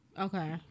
Okay